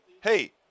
hey